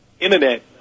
internet